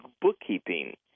bookkeeping